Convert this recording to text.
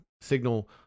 signal